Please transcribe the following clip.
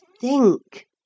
think